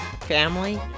family